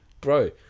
Bro